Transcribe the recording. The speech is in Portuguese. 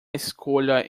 escolha